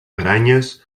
aranyes